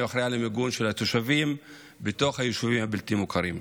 מי אחראי למיגון של התושבים בתוך היישובים הבלתי-מוכרים.